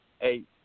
eight